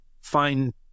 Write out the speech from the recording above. fine